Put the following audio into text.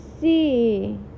see